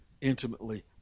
intimately